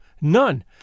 none